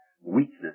weakness